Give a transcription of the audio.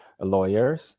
lawyers